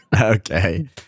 Okay